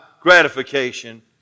gratification